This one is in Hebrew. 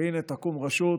והינה תקום רשות